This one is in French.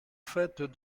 faites